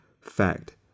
fact